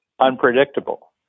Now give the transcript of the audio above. unpredictable